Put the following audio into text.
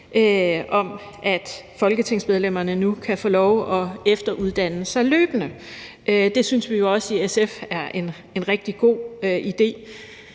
om, at folketingsmedlemmer nu kan få lov til at efteruddanne sig løbende. Det synes vi jo også i SF er en rigtig god idé.